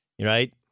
Right